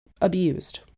abused